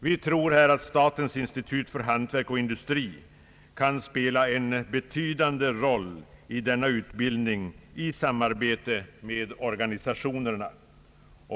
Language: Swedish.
Vi tror att statens institut för hantverk och industri kan spela en betydande roll i denna utbildning i samarbete med organisationerna.